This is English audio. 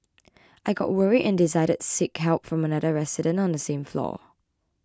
I got worried and decided to seek help from another resident on the same floor